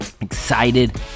Excited